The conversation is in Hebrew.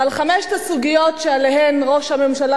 ועל חמש הסוגיות שעליהן ראש הממשלה